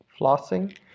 flossing